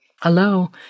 Hello